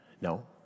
No